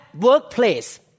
workplace